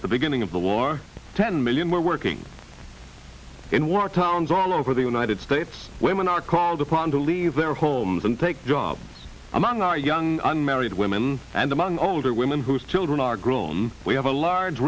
at the beginning of the war ten million were working in war towns all over the united states women are called upon to leave their homes and take jobs among our young unmarried women and among older women whose children are grown we have a large